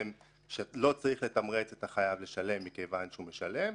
שלא צריך לתמרץ את החייב לשלם מכיוון שהוא משלם,